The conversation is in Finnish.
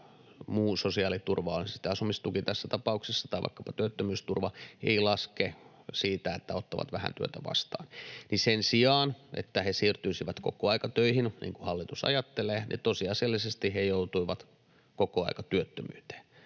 muu sosiaaliturva, on se sitten asumistuki tässä tapauksessa tai vaikkapa työttömyysturva, ei laske siitä, että ottavat vähän työtä vastaan, sen sijaan, että he siirtyisivät kokoaikatöihin, niin kuin hallitus ajattelee, tosiasiallisesti joutuvat kokoaikatyöttömyyteen,